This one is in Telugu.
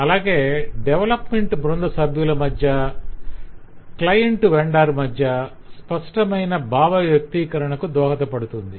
అలాగే డెవలప్మెంట్ బృంద సభ్యల మధ్య క్లైంట్ - వెండర్ మధ్య స్పష్టమైన భావ వ్యక్తీకరణకు దోహదపడుతుంది